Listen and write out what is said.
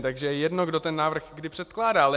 Takže je jedno, kdo ten návrh kdy předkládal.